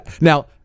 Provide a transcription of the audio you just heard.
Now